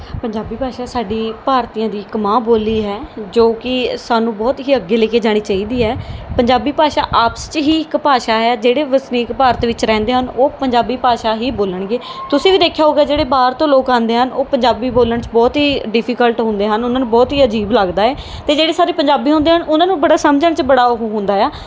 ਪੰਜਾਬੀ ਭਾਸ਼ਾ ਸਾਡੀ ਭਾਰਤੀਆਂ ਦੀ ਇੱਕ ਮਾਂ ਬੋਲੀ ਹੈ ਜੋ ਕਿ ਸਾਨੂੰ ਬਹੁਤ ਹੀ ਅੱਗੇ ਲੈ ਕੇ ਜਾਣੀ ਚਾਹੀਦੀ ਹੈ ਪੰਜਾਬੀ ਭਾਸ਼ਾ ਆਪਸ 'ਚ ਹੀ ਇੱਕ ਭਾਸ਼ਾ ਆ ਜਿਹੜੇ ਵਸਨੀਕ ਭਾਰਤ ਵਿੱਚ ਰਹਿੰਦੇ ਹਨ ਉਹ ਪੰਜਾਬੀ ਭਾਸ਼ਾ ਹੀ ਬੋਲਣਗੇ ਤੁਸੀਂ ਵੀ ਦੇਖਿਆ ਹੋਊਗਾ ਜਿਹੜੇ ਬਾਹਰ ਤੋਂ ਲੋਕ ਆਉਂਦੇ ਆ ਉਹ ਪੰਜਾਬੀ ਬੋਲਣ 'ਚ ਬਹੁਤ ਹੀ ਡਿਫੀਕਲਟ ਹੁੰਦੇ ਹਨ ਉਹਨਾਂ ਨੂੰ ਬਹੁਤ ਹੀ ਅਜੀਬ ਲੱਗਦਾ ਏ ਅਤੇ ਜਿਹੜੇ ਸਾਡੇ ਪੰਜਾਬੀ ਹੁੰਦੇ ਹਨ ਉਹਨਾਂ ਨੂੰ ਬੜਾ ਸਮਝਣ 'ਚ ਬੜਾ ਉਹ ਹੁੰਦਾ ਆ